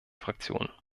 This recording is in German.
fraktionen